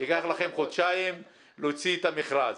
ייקח לכם חודשיים להוציא את המכרז.